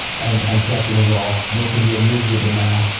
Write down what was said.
and and second of all, most of you are miserable now,